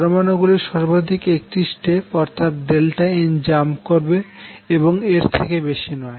পরমানু গুলি সর্বাধিক একটি স্টেপ অর্থাৎ n জাম্প করবে এবং এর থেকে বেশি নয়